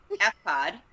F-Pod